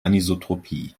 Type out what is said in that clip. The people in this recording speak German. anisotropie